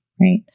right